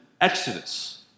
Exodus